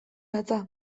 datza